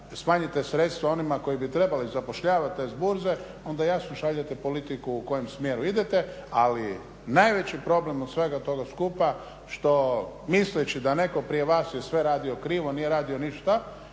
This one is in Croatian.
smanjite sredstva onima koji bi trebali zapošljavati te s burze onda jasno šaljete politiku u kojem smjeru idete. Ali najveći problem od svega toga skupa što misleći da netko prije vas je sve radio krive, nije radio ništa,